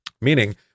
Meaning